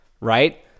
Right